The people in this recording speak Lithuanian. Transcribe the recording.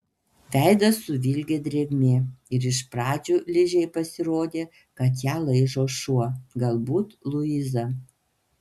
veidą suvilgė drėgmė ir iš pradžių ližei pasirodė kad ją laižo šuo galbūt luiza